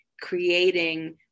creating